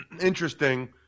interesting